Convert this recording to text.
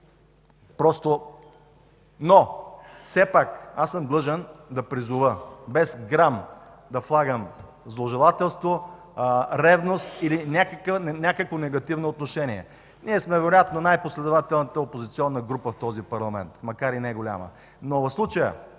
да стане. Но все пак аз съм длъжен да призова без да влагам грам зложелателство, ревност или някакво негативно отношение. Ние сме вероятно най-последователната опозиционна група в този парламент, макар и неголяма. Но в случая